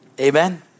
Amen